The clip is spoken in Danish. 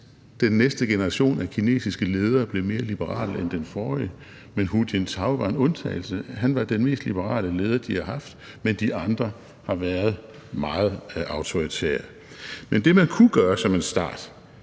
den næste generation af kinesiske ledere blev mere liberale end den forrige. Men Hu Jintao var en undtagelse – han var den mest liberale leder, de har haft – de andre har været meget mere autoritære. Men det, man kunne gøre som en start,